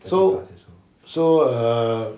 so so err